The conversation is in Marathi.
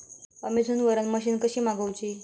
अमेझोन वरन मशीन कशी मागवची?